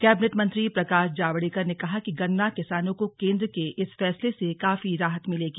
cabinet मंत्री प्रकाश जावडेकर ने कहा कि गन्ना किसानों को केंद्र के इस फैसले से काफी राहत मिलेगी